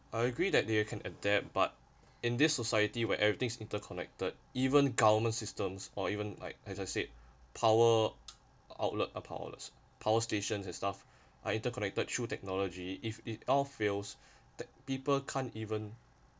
I agree that they can adapt but in this society where everything's interconnected even government systems or even like as I said power outlet are powerless power stations and stuff are interconnected through technology if it all fails that people can't even